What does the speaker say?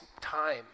time